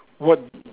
what